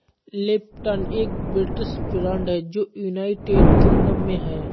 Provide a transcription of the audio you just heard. Lipton एक British brand है जो यूनाइटेड किंगडम में है